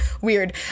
weird